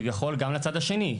כביכול גם לצד השני.